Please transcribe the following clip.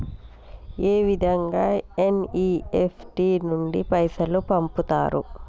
ఏ విధంగా ఎన్.ఇ.ఎఫ్.టి నుండి పైసలు పంపుతరు?